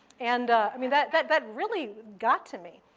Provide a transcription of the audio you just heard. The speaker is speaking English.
and i mean, that that but really got to me.